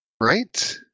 Right